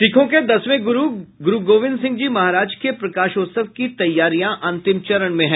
सिखों के दसवें गुरू गोविंद सिंह जी महाराज के प्रकाशोत्सव की तैयारियां अंतिम चरण में है